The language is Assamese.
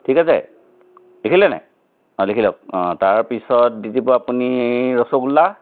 ঠিক আছে লিখিলে নাই অঁ লিখি লওক তাৰপিছত দি দিব আপুনি ৰসগোল্লা